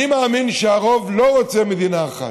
אני מאמין שהרוב לא רוצה מדינה אחת.